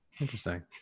Interesting